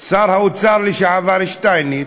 שר האוצר לשעבר, שטייניץ,